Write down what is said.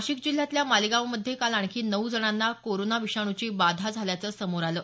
नाशिक जिल्ह्यातल्या मालेगाव मध्ये काल आणखी नऊ जणांना कोरोना विषाणूची बाधा झाल्याचं समोर आलं